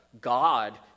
God